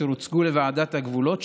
אשר הוצגו לוועדת הגבולות,